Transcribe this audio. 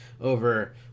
over